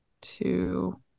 two